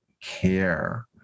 care